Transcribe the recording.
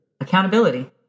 Accountability